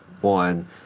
one